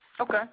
Okay